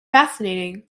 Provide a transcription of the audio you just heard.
fascinating